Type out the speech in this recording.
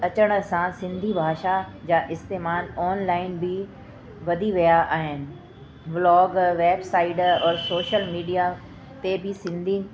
अचण सां सिंधी भाषा जा इस्तेमालु ऑनलाइन बि वधी विया आहिनि ब्लॉग वेबसाइड और सोशल मिडिया ते बि सिंधी